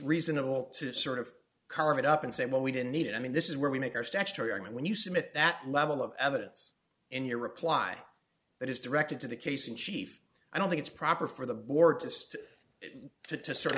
reasonable to sort of carve it up and say well we don't need it i mean this is where we make our statutory i mean when you submit that level of evidence in your reply that is directed to the case in chief i don't think it's proper for the board just to to sort of